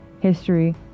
history